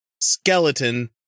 skeleton